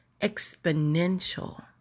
exponential